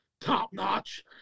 top-notch